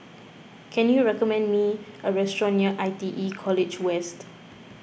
can you recommend me a restaurant near I T E College West